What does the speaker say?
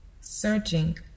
searching